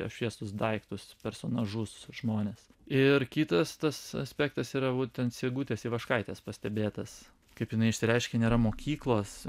apšviestus daiktus personažus žmones ir kitas tas aspektas yra būtent sigutės ivaškaitės pastebėtas kaip jinai išsireiškė nėra mokyklos